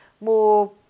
more